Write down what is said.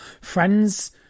Friends